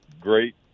great